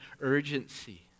urgency